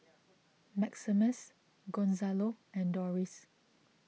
Maximus Gonzalo and Doris